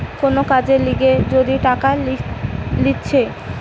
কোন কাজের লিগে যদি টাকা লিছে